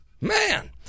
man